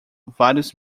vários